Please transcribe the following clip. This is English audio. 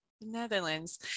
Netherlands